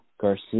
Garcia